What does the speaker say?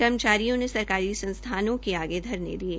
कर्मचरियों ने सरकारी संस्थाओं के आगे धरने दिये